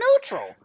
neutral